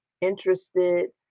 interested